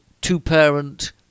two-parent